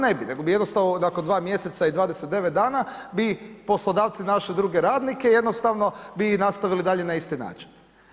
Ne bi, nego bi jednostavno nakon 2 mjeseca i 29 dana bi poslodavci našli druge radnike i jednostavno bi nastavili dalje na isti način.